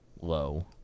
low